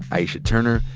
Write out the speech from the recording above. aisha turner,